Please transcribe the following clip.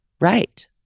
Right